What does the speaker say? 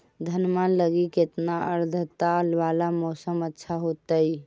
धनमा लगी केतना आद्रता वाला मौसम अच्छा होतई?